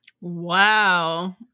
wow